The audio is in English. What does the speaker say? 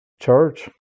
church